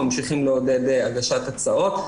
ממשיכים לעודד הגשת הצעות.